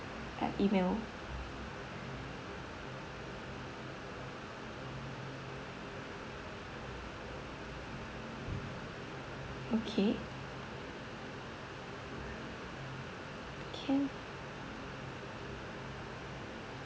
uh email okay can